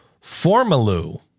Formaloo